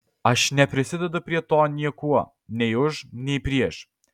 aš neprisidedu prie to niekuo nei už nei prieš